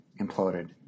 imploded